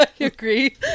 agree